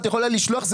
את יכולה לשלוח,